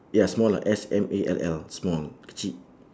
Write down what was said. ya more like S M A L L small kecil